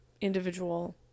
individual